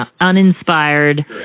uninspired